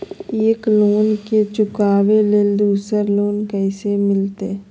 एक लोन के चुकाबे ले दोसर लोन कैसे मिलते?